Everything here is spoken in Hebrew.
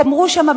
אמרו שם,